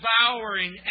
devouring